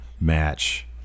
match